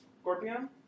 scorpion